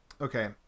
okay